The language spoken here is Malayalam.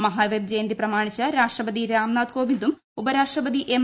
മഹാവീർ ജയന്തി പ്രമാണിച്ച് രാഷ്ട്രപതി രാംനാഥ് കോവിന്ദും ഉപരാഷ്ട്രപതി എം